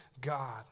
God